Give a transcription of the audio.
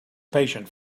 patient